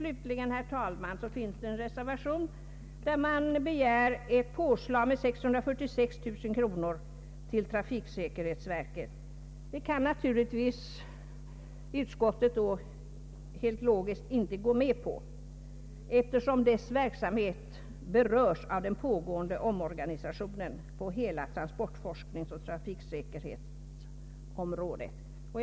Slutligen, herr talman, finns det en reservation där man begär ett påslag med 646 000 kronor till trafiksäkerhetsverket. Det kan utskottet helt logiskt inte gå med på, eftersom verkets arbete berörs av den pågående omorganisationen på hela transportforskningsoch trafiksäkerhetsområdet.